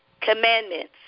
commandments